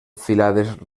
filades